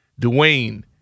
Dwayne